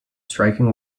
striking